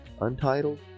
untitled